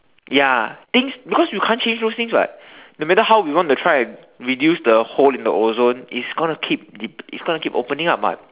ya things because you can't change those things [what] no matter how we want to try and reduce the hole in the ozone it's gonna keep it's gonna keep opening up [what]